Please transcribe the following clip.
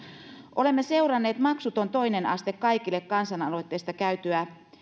olemme seuranneet maksuton toinen aste kaikille kansalaisaloitteesta käytyä